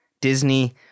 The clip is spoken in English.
Disney